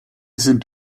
sind